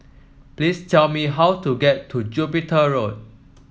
please tell me how to get to Jupiter Road